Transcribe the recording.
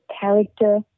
character